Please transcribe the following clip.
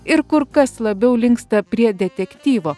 ir kur kas labiau linksta prie detektyvo